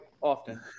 often